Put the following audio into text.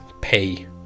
pay